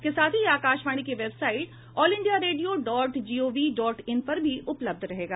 इसके साथ ही यह आकाशवाणी की website all India radio dot gov dot in पर भी उपलब्ध रहेगा